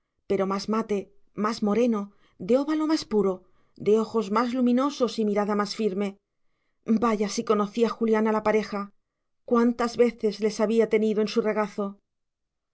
pero más mate más moreno de óvalo más puro de ojos más luminosos y mirada más firme vaya si conocía julián a la pareja cuántas veces la había tenido en su regazo